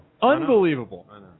unbelievable